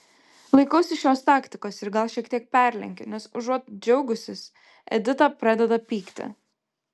laikausi šios taktikos ir gal šiek tiek perlenkiu nes užuot džiaugusis edita pradeda pykti